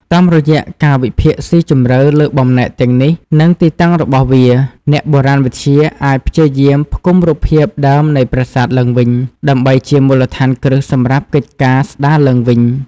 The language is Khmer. តាមរយៈការវិភាគស៊ីជម្រៅលើបំណែកទាំងនេះ និងទីតាំងរបស់វា អ្នកបុរាណវិទ្យាអាចព្យាយាមផ្គុំរូបភាពដើមនៃប្រាសាទឡើងវិញ ដើម្បីជាមូលដ្ឋានគ្រឹះសម្រាប់កិច្ចការស្ដារឡើងវិញ។